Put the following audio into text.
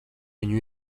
viņu